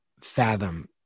fathom